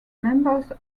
members